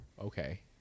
Okay